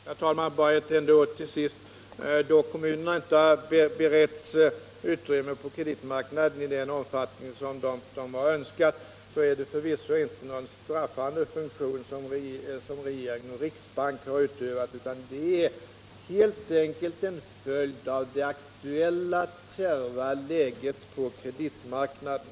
Herr talman! Bara några få ord till sist. Då kommunerna inte beretts utrymme på kreditmarknaden i den omfattning som vi har önskat, är det förvisso inte någon straffande funktion som regeringen och riksbanken har utövat, utan det är helt enkelt en följd av det aktuella kärva läget på kreditmarknaden.